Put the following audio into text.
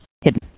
hidden